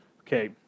Okay